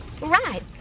Right